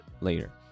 later